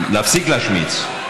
להפסיק להשמיץ.